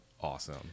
awesome